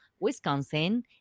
Wisconsin